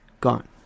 Gone